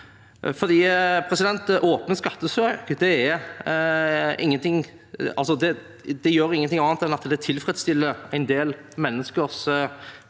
Åpne skattesøk gjør ingenting annet enn å tilfredsstille en del menneskers